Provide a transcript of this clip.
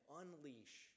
unleash